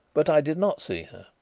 but i did not see her.